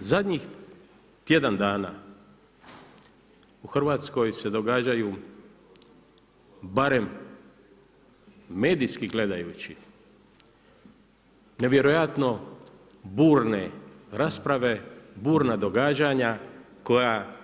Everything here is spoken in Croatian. Zadnjih tjedan dana u Hrvatskoj se događaju barem medijski gledajući nevjerojatno b urne rasprave, burna događanja koja